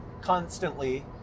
constantly